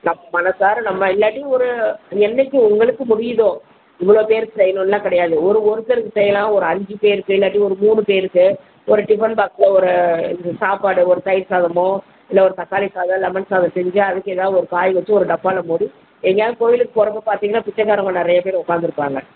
நம்ம மனசார நம்ம இல்லாட்டியும் ஒரு என்றைக்கும் உங்களுக்கு முடியதோ இவ்வளோ பேர் செய்யணுலாம் கிடையாது ஒரு ஒருத்தருக்கு செய்யலாம் ஒரு அஞ்சு பேருக்கு இல்லாட்டி ஒரு மூணு பேருக்கு ஒரு டிஃபன் பாக்ஸில் ஒரு சாப்பாடு ஒரு தயிர் சாதமோ இல்ல ஒரு தக்காளி சாதம் லெமன் சாதம் செஞ்சு அதுக்கு எதா ஒரு காய் வச்சு ஒரு டப்பாவில் மூடி எங்கேவது கோவிலுக்கு போகிறப்ப பார்த்தீங்கன்னா பிச்சகாரவங்க நிறைய பேர் உட்காந்துருப்பாங்க